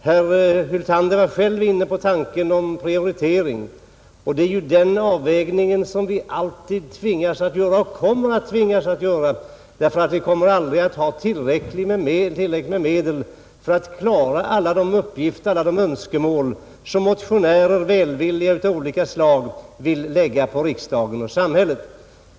— Herr Hyltander var själv inne på tanken om prioritering, och det är ju den avvägningen som vi alltid tvingas göra och kommer att tvingas göra, därför att vi kommer aldrig att ha tillräckligt med medel för att tillmötesgå alla önskemål och klara alla de uppgifter som välvilliga motionärer vill lägga på riksdagen och samhället.